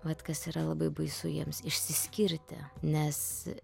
vat kas yra labai baisu jiems išsiskirti nes